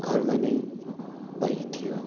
घरमा नै बाइक थियो